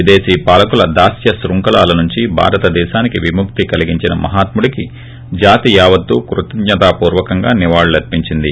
విదేశీ పాలకుల దాస్య శృంఖలాల నుంచి భారత దేశానికి విముక్తి కలిగించిన మహాత్ము డికి జాతి యావత్తూ కృతజ్ఞతా పూర్వకంగా నివాళులర్సించింది